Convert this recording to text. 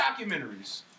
documentaries